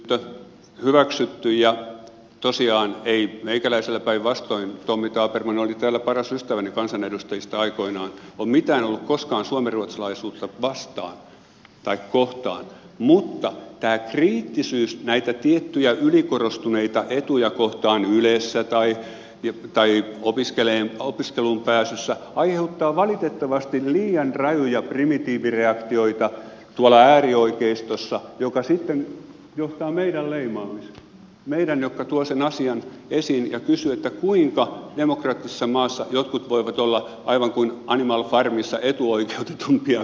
anteeksipyyntö hyväksytty ja tosiaan ei meikäläisellä päinvastoin tommy tabermann oli täällä paras ystäväni kansanedustajista aikoinaan ole mitään ollut koskaan suomenruotsalaisuutta vastaan tai kohtaan mutta tämä kriittisyys näitä tiettyjä ylikorostuneita etuja kohtaan ylessä tai opiskeluun pääsyssä aiheuttaa valitettavasti liian rajuja primitiivireaktioita tuolla äärioikeistossa mikä sitten johtaa meidän leimaamiseemme meidän jotka tuomme sen asian esiin ja kysymme kuinka demokraattisessa maassa jotkut voivat olla aivan kuin animal farmissa etuoikeutetumpia kuin toiset